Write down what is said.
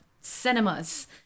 cinemas